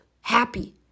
happy